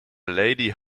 lady